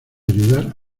ayudar